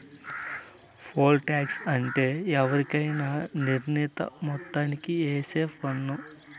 pole tax అంటే ఎవరికైనా నిర్ణీత మొత్తానికి ఏసే పన్ను